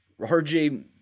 RJ